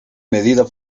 medida